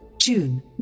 June